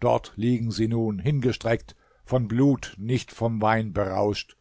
dort liegen sie nun hingestreckt von blut nicht vom wein berauscht